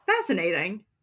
Fascinating